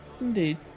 Indeed